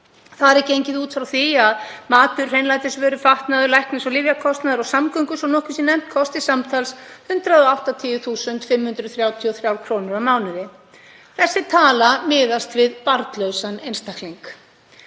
Þar er gengið út frá því að matur, hreinlætisvörur, fatnaður, læknis- og lyfjakostnaður og samgöngur, svo nokkuð sé nefnt, kosti samtals 180.533 kr. á mánuði. Þessi tala miðast við barnlausan einstakling.